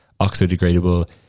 Oxo-degradable